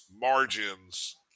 margins